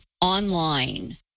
online